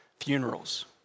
funerals